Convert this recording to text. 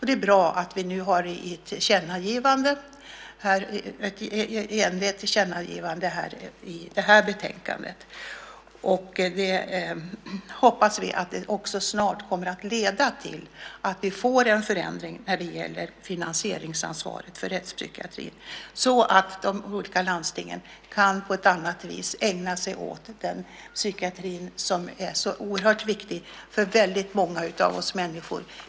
Det är bra att vi har enats om ett tillkännagivande i det här betänkandet. Vi hoppas att det också snart kommer att leda till att det blir en förändring när det gäller finansieringsansvaret för rättspsykiatrin, så att de olika landstingen på ett annat vis kan ägna sig åt den psykiatri som är så viktig för så många av oss människor.